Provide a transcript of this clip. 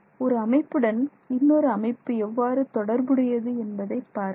ஒரு அமைப்புடன் இன்னொரு அமைப்பு எவ்வாறு தொடர்புடையது என்பதை பாருங்கள்